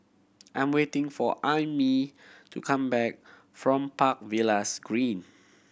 I'm waiting for Aimee to come back from Park Villas Green